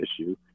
issue